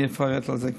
אני אפרט על זה.